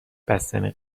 بستنی